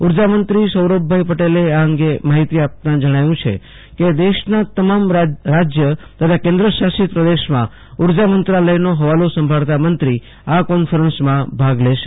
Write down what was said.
ઉર્જામંત્રી સૌરભભાઈ પટેલે આ અંગે માહિતી આપતા જણાવ્યુ છે કે દેશના તમામ રાજય તથા કેન્દ્રશાસિત પ્રદેશમાં ઉર્જામંત્રાલયનો ફવાલો સંભાળતા મંત્રી આ કોન્ફરન્સમાં ભાગ લેશે